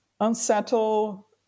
unsettle